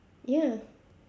ya